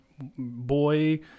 boy